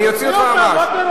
אני אוציא אותך ממש.